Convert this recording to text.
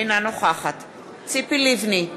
איינה נוכחת ציפי לבני,